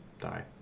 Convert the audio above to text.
die